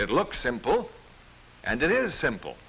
it looks simple and it is simple